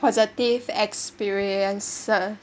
positive experiences